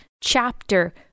chapter